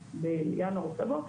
בינואר או פברואר,